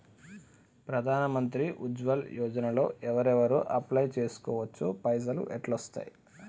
ప్రధాన మంత్రి ఉజ్వల్ యోజన లో ఎవరెవరు అప్లయ్ చేస్కోవచ్చు? పైసల్ ఎట్లస్తయి?